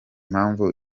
mpamvu